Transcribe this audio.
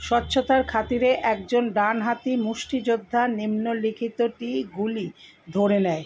স্বচ্ছতার খাতিরে একজন ডানহাতি মুষ্টি যোদ্ধা নিম্নলিখিতটি গুলি ধরে নেয়